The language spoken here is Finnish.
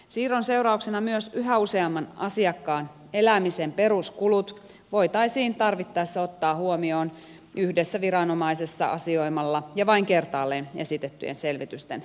siirron seurauksena myös yhä useamman asiakkaan elämisen peruskulut voitaisiin tarvittaessa ottaa huomioon yhdessä viranomaisessa asioimalla ja vain kertaalleen esitettyjen selvitysten perusteella